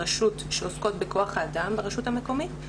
הרשות שעוסקות בכוח האדם ברשות המקומית,